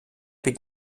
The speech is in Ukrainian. під